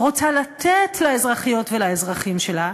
רוצה לתת לאזרחיות ולאזרחים שלה,